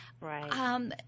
Right